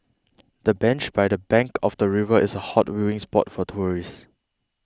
the bench by the bank of the river is a hot viewing spot for tourists